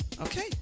Okay